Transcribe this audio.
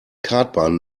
kartbahn